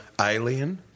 Alien